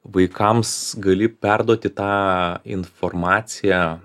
vaikams gali perduoti tą informaciją